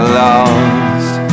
lost